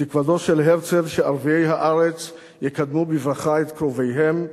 תקוותו של הרצל שערביי הארץ יקדמו בברכה את קרוביהם היהודים,